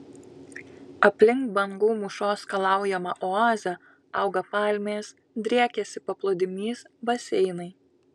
aplink bangų mūšos skalaujamą oazę auga palmės driekiasi paplūdimys baseinai